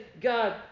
God